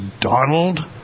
Donald